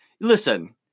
listen